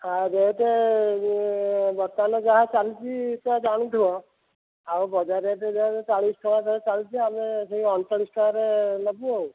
ହଁ ରେଟ୍ ବର୍ତ୍ତମାନ ଯାହା ଚାଲିଛି ତ ଜାଣିଥିବ ଆଉ ବଜାର ରେଟ୍ ଯାହା ଚାଳିଶ ଟଙ୍କା ଚାଲିଛି ଆମେ ସେହି ଅଣଚାଳିଶ ଟଙ୍କାରେ ନେବୁ ଆଉ